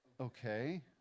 Okay